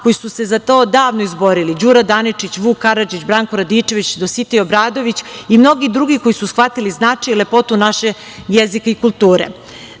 koji su se za to davno izborili – Đura Daničić, Vuk Karadžić, Branko Radičević, Dositej Obradović i mnogi drugi koji su shvatili značaj i lepotu našeg jezika i kulture. Kao